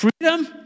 freedom